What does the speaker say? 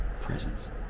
presence